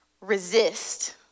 Resist